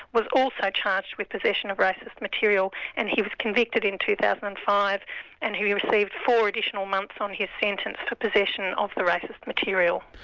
was also charged with possession of racist material and he was convicted in two thousand and five and he received four additional months on his sentence for possession of the racist material.